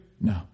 No